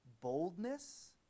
boldness